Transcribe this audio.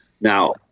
Now